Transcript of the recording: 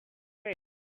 face